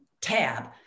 Tab